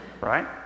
Right